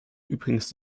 übrigens